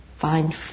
find